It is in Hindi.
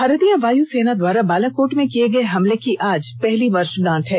भारतीय वायुसेना द्वारा बालाकोट में किये गये हमले की आज पहली वर्षगांठ है